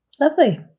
Lovely